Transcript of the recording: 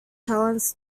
talents